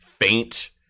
faint